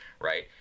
right